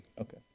Okay